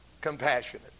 compassionate